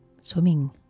swimming